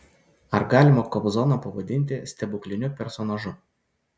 ar galima kobzoną pavadinti stebukliniu personažu